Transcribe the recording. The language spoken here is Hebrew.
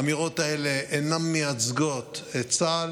האמירות האלה אינן מייצגות את צה"ל.